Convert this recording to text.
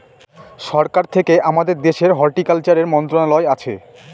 সরকার থেকে আমাদের দেশের হর্টিকালচারের মন্ত্রণালয় আছে